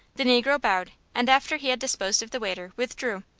the negro bowed, and after he had disposed of the waiter, withdrew.